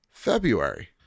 february